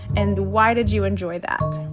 and why did you enjoy that?